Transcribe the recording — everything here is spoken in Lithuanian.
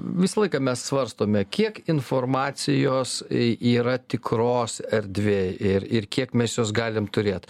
visą laiką mes svarstome kiek informacijos yra tikros erdvėj ir ir kiek mes jos galim turėt